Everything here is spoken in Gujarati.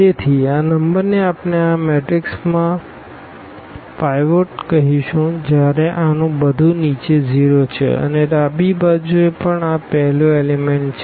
તેથી આ નંબરને આપણે આ મેટ્રિક્સમાં પાઇવોટ કહીશું જ્યારે આનું બધું નીચે 0 છે અને ડાબી બાજુએ પણ આ પહેલું એલીમેન્ટ છે